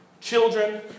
children